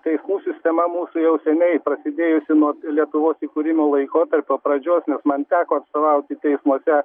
teismų sistema mūsų jau seniai prasidėjusi nuo lietuvos įkūrimo laikotarpio pradžios nes man teko atstovauti teismuose